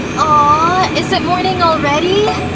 aww, is it morning already?